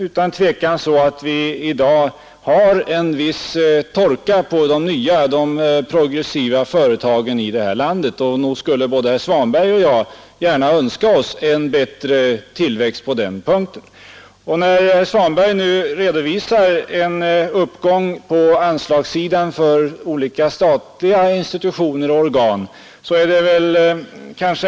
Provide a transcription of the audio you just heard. Utan tvekan har vi i dag en viss torka på de nya progressiva företagen i detta land. Nog skulle vi, både herr Svanberg och jag, gärna önska oss en bättre tillväxt på den punkten. När herr Svanberg nu redovisar en viss uppgång på anslagssidan för olika statliga institutioner och organ, så må det vara riktigt.